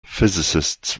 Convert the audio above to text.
physicists